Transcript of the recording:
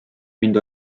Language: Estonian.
mind